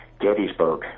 Gettysburg